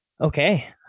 okay